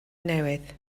newydd